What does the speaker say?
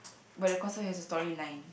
but the concert has the story line